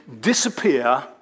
disappear